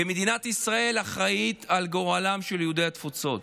ומדינת ישראל אחראית לגורלם של יהודי התפוצות.